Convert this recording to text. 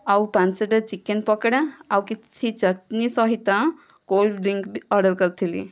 ଆଉ ପାଞ୍ଚଟା ଚିକେନ୍ ପକୋଡ଼ା ଆଉ କିଛି ଚଟନି ସହିତ କୋଲ୍ଡ ଡ୍ରିଂକ ବି ଅର୍ଡ଼ର କରିଥିଲି